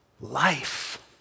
life